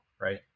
right